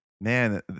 Man